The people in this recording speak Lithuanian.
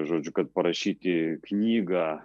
žodžiu kad parašyti knygą